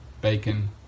bacon